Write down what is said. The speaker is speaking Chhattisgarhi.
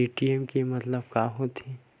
ए.टी.एम के मतलब का होथे?